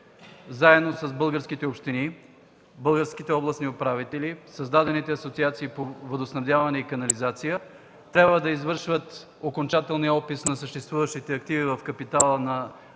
заедно с българските общини, българските областни управители, създадените асоциации по водоснабдяване и канализация трябва да извършат окончателния опис на съществуващите активи в капитала на държавните